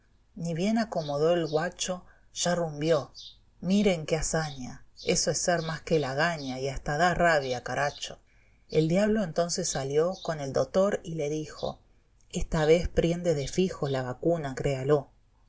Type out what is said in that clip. ni bien acomodó el guacho ya rumbió miren qué hazaíía eso es ser más que lagaña y basta da rabia caracho el diablo entonces salió con el dotor y le dijo esta vez priende de fijo la vacuna créalo